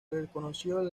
reconoció